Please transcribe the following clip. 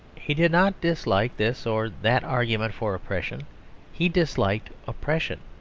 he did not dislike this or that argument for oppression he disliked oppression.